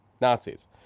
nazis